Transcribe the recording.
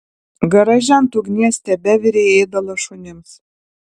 garaže ant ugnies tebevirė ėdalas šunims